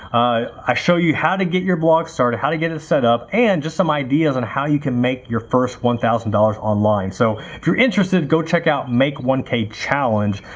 i show you how to get your blog started, how to get it set up and just some ideas on how you can make your first one thousand dollars online so if you're interested, go check out make one k challenge,